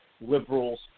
liberals